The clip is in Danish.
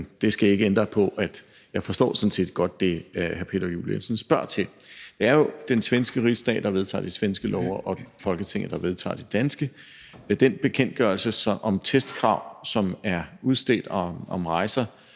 det skal ikke ændre ved, at jeg sådan set godt forstår det, hr. Peter Juel-Jensen spørger til. Det er jo den svenske Rigsdag, der vedtager de svenske love, og Folketinget, der vedtager de danske love. Den bekendtgørelse om testkrav, som er udstedt om rejser